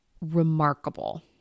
remarkable